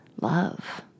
love